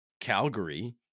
Calgary